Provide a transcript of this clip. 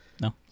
no